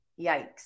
Yikes